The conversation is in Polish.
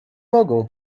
mogą